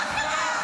מה קרה?